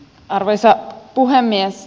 arvoisa puhemies